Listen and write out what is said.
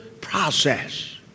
process